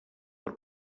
per